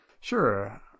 Sure